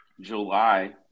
July